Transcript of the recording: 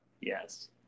Yes